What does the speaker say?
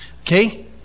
Okay